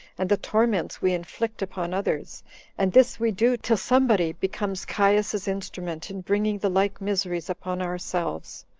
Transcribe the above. and the torments we inflict upon others and this we do, till somebody becomes caius's instrument in bringing the like miseries upon ourselves.